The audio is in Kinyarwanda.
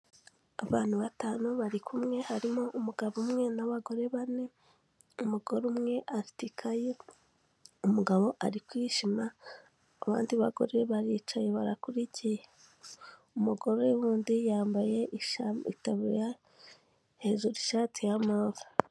Abantu batanu bari kumwe, harimo umugabo umwe n'abagore bane, umugore umwe afite ikayi, umugabo ari kwishima abandi bagore baricaye barakurikiye, umugore wundi yambaye itaburiya, hejuru ishati ya move.